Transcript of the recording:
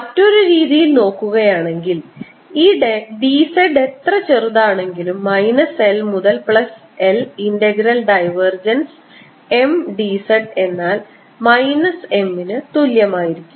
മറ്റൊരു രീതിയിൽ നോക്കുകയാണെങ്കിൽ ഈ d z എത്ര ചെറുതാണെങ്കിലും L മുതൽ L integral divergence M d z എന്നാൽ M ന് തുല്യമായിരിക്കും